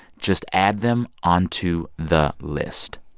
just add them onto the list.